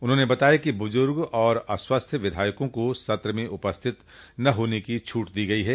उन्होंने बताया कि बुजुर्ग और अस्वस्थ विधायकों को सत्र में उपस्थित न होने की छूट दी गई है